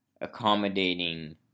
accommodating